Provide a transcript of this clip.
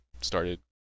started